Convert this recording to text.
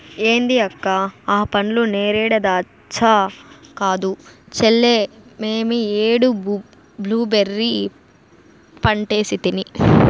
ఏంది అక్క ఆ పండ్లు నేరేడా దాచ్చా కాదు చెల్లే మేమీ ఏడు బ్లూబెర్రీ పంటేసితిని